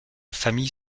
famille